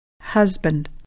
Husband